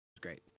great